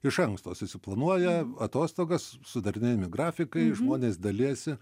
iš anksto susiplanuoja atostogas sudarinėjami grafikai žmonės dalijasi